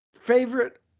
Favorite